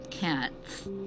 Cats